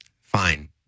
Fine